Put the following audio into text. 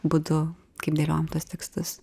būdu kaip dėliojam tuos tekstus